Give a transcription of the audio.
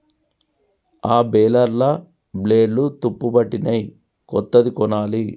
ఆ బేలర్ల బ్లేడ్లు తుప్పుపట్టినయ్, కొత్తది కొనాలి